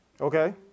Okay